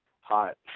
hot